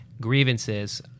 grievances